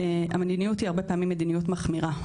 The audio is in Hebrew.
המדיניות היא הרבה פעמים מדיניות מחמירה,